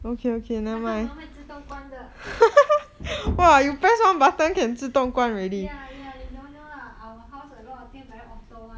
那个门会自动关的 ya ya you don't know ah our house a lot of things very auto [one]